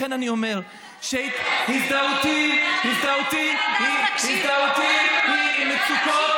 קודם, אחר כך תקשיב לו, הזדהותי היא עם מצוקות